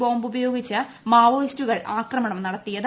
bomb ഉപയോഗിച്ച് മാവോയിസ്റ്റുകൾ ആക്രമണം നടത്തിയത്